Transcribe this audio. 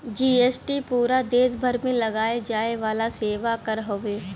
GST पूरा देस भर में लगाये जाये वाला सेवा कर हउवे